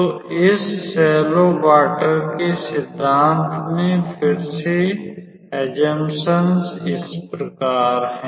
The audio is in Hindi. तो इस उथले पानी के सिद्धांत में फिर से धारणाएं इस प्रकार हैं